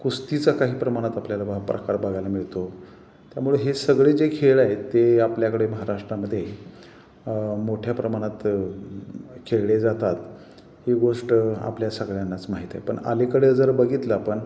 कुस्तीचा काही प्रमाणात आपल्याला प्रकार बघायला मिळतो त्यामुळे हे सगळे जे खेळ आहेत ते आपल्याकडे महाराष्ट्रामध्ये मोठ्या प्रमाणात खेळले जातात ही गोष्ट आपल्या सगळ्यांनाच माहीत आहे पण अलीकडे जर बघितलं आपण